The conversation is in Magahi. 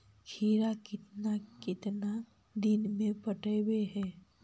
खिरा केतना केतना दिन में पटैबए है?